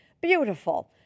Beautiful